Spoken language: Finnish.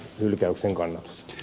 puhemies